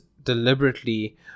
deliberately